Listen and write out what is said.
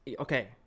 okay